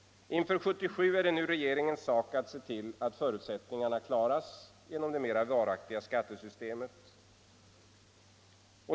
Inför år 1977 är det nu regeringens sak att se till att förutsättningarna klassas genom det mera varaktiga skattesystemet.